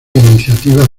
iniciativas